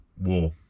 War